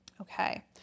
Okay